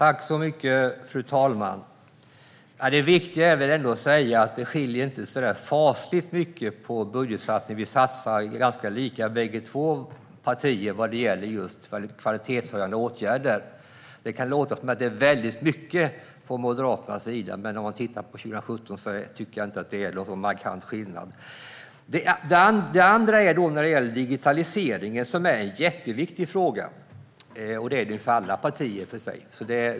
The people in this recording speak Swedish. Fru talman! Det viktiga är ändå att säga att det inte skiljer så fasligt mycket på budgetsatsningarna. Vi satsar ganska lika bägge två partier vad gäller kvalitetshöjande åtgärder. Det kan låta som att det är väldigt mycket från Moderaternas sida. Men när jag tittar på 2017 tycker jag inte att det är någon markant skillnad. Det andra gäller digitaliseringen, som är en jätteviktig fråga. Det är den i och för sig för alla partier.